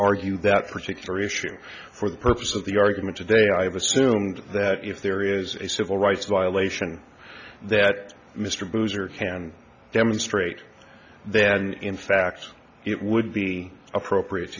argue that particular issue for the purpose of the argument today i have assumed that if there is a civil rights violation that mr bowser can demonstrate then in fact it would be appropriate